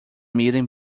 meeting